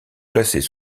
plaçait